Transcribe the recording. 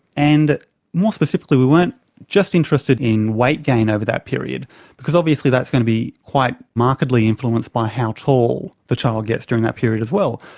and more specifically we weren't just interested in weight gain over that period because obviously that's going to be quite markedly influenced by how tall the child gets during that period as well.